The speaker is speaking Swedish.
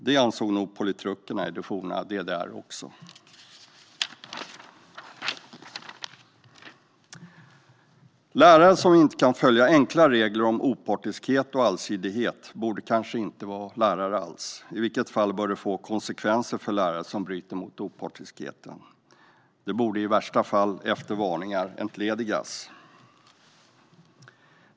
Det ansåg nog politrukerna i det forna DDR också. Lärare som inte kan följa enkla regler om opartiskhet och allsidighet borde kanske inte vara lärare alls. I vilket fall bör det få konsekvenser för lärare som bryter mot opartiskheten. De borde i värsta fall, efter varningar, entledigas.